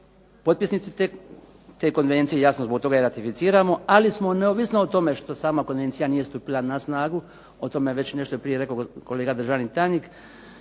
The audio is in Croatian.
potpisnici te konvencije, jasno zbog toga je i ratificiramo, ali smo neovisno o tome što sama konvencija nije stupila na snagu, o tome je već nešto prije rekao kolega državni tajnik,